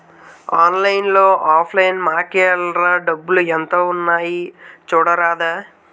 ఆన్లైన్లో offline మాకేఏల్రా డబ్బులు ఎంత ఉన్నాయి చూడరాదా